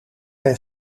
hij